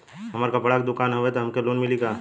हमार कपड़ा क दुकान हउवे त हमके लोन मिली का?